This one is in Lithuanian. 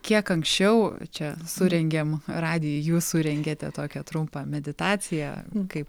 kiek anksčiau čia surengėm radijo jūs surengėte tokią trumpą meditaciją kaip